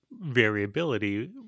variability